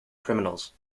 criminals